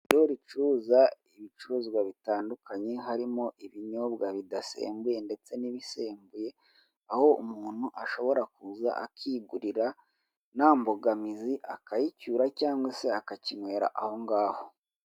Urupapuro rw'inyemezabwishyu rutangwa n'igihugu gishinzwe imisoro n'amahoro Rwanda reveni otoriti, hariho aho umuntu ashyira amazina yiwe, amafaranga y'umusoro yishyuye, igihe yawishyuriye ndetse na nimero ye igaragaza kwishyura kwe.